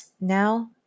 Now